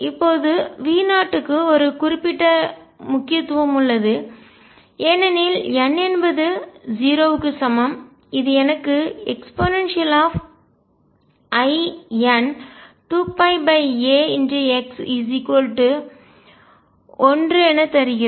இப்போது V0 க்கு ஒரு குறிப்பிட்ட முக்கியத்துவம் உள்ளது ஏனெனில் n என்பது 0 க்கு சமம் இது எனக்கு ein2πax1என தருகிறது